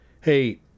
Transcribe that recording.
hey